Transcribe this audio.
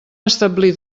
establir